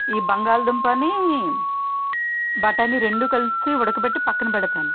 ఈ బంగాళాదుంపని బఠాణీ రెండూ కలిసి ఉడకబెట్టి పక్కన పెడతాను